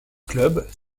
club